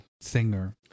singer